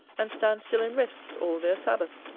and stands still and rests all their sabbath.